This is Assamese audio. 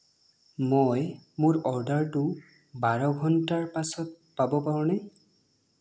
মই মোৰ অৰ্ডাৰটো বাৰ ঘণ্টাৰ পাছত পাব পাৰোঁনে